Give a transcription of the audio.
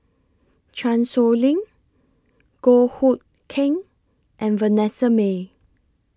Chan Sow Lin Goh Hood Keng and Vanessa Mae